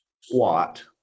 squat